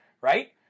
right